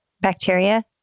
bacteria